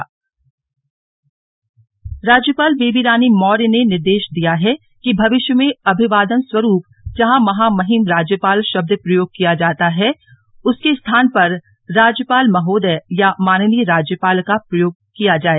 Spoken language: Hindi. राज्यपाल महोदय राज्यपाल बेबी रानी मौर्य ने निर्देश दिया है कि भविष्य में अभिवादन स्वरूप जहां महामहिम राज्यपाल शब्द प्रयोग किया जाता है उसके स्थान पर राज्यपाल महोदय या माननीय राज्यपाल का प्रयोग किया जाए